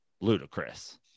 ludicrous